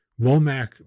Womack